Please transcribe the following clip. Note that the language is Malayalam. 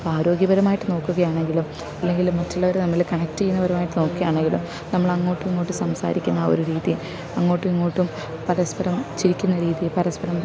അപ്പാരോഗ്യപരമായിട്ട് നോക്കുകയാണെങ്കിലും അല്ലെങ്കിൽ മറ്റുള്ളവർ നമ്മളെ കണക്റ്റ് ചെയ്യുന്ന പരമായിട്ടു നോക്കുകയാണെങ്കിലും നമ്മളങ്ങോട്ടുമിങ്ങോട്ടും സംസാരിക്കുന്ന ആ ഒരു രീതി അങ്ങോട്ടുമിങ്ങോട്ടും പരസ്പരം ചിരിക്കുന്ന രീതി പരസ്പരം